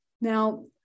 Now